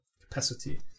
capacity